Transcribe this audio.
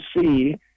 see